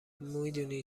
میدونی